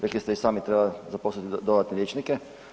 Rekli ste i sami treba zaposliti dodatne liječnike.